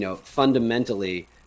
Fundamentally